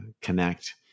connect